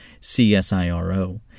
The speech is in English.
CSIRO